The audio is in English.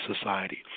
society